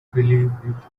believe